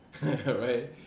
right